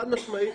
חד משמעית.